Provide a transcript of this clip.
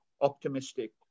optimistic